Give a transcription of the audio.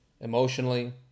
emotionally